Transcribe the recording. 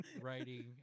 writing